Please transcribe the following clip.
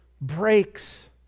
breaks